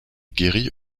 guéris